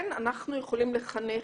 כן אנחנו יכולים לחנך,